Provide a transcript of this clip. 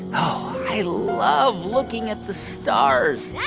oh, i love looking at the stars yeah